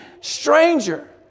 stranger